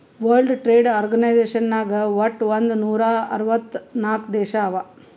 world trade organisation ನಾಗ್ ವಟ್ ಒಂದ್ ನೂರಾ ಅರ್ವತ್ ನಾಕ್ ದೇಶ ಅವಾ